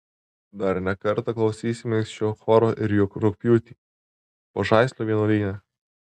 dar ne kartą klausysimės šio choro ir rugpjūtį pažaislio vienuolyne